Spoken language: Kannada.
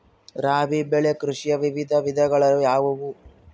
ರಾಬಿ ಬೆಳೆ ಕೃಷಿಯ ವಿವಿಧ ವಿಧಗಳು ಯಾವುವು?